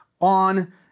on